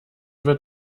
wird